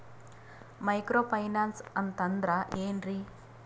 Micro finance ಅಂತಂದ್ರ ಏನ್ರೀ?